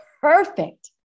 perfect